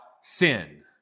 sin